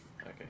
Okay